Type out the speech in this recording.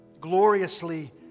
gloriously